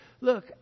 Look